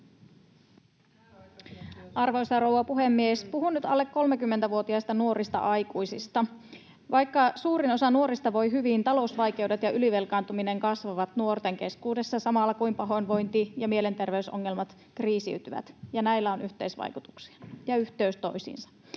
Arvoisa rouva puhemies! Puhun nyt alle 30-vuotiaista nuorista aikuisista. Vaikka suurin osa nuorista voi hyvin, talousvaikeudet ja ylivelkaantuminen kasvavat nuorten keskuudessa samalla kun pahoinvointi ja mielenterveysongelmat kriisiytyvät, ja näillä on yhteisvaikutuksia ja yhteys toisiinsa.